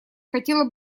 хотела